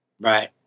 Right